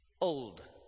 old